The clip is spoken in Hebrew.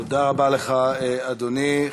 תודה רבה לך, אדוני.